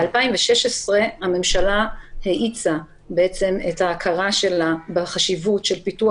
ב-2016 הממשלה האיצה את ההכרה בחשיבות של פיתוח